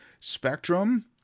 Spectrum